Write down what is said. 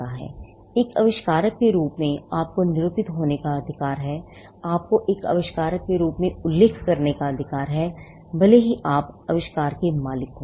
एक आविष्कारक के रूप में आपको निरूपित होने का अधिकार है आपको एक आविष्कारक के रूप में उल्लेख करने का अधिकार है भले ही आप आविष्कार के मालिक हों